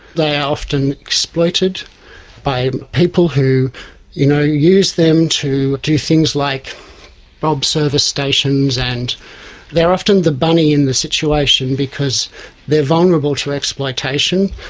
they are often exploited by people who you know use them to do things like rob service stations, and they are often the bunny in the situation because they are vulnerable to exploitation,